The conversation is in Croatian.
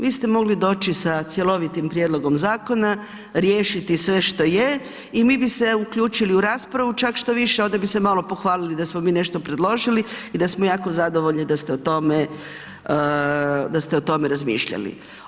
Vi ste mogli doći sa cjelovitim prijedlogom zakona, riješiti sve što je i mi bi se uključili u raspravu, čak štoviše onda bi se malo pohvalili da smo mi nešto predložili i da smo jako zadovoljni da ste o tome razmišljali.